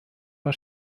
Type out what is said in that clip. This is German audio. war